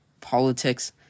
politics